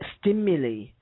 stimuli